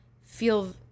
Feel